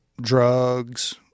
drugs